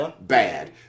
bad